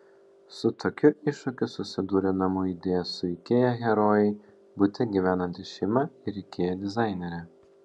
su tokiu iššūkiu susidūrė namų idėja su ikea herojai bute gyvenanti šeima ir ikea dizainerė